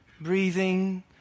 breathing